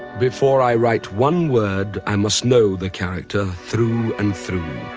before i write one word, i must know the character through and through.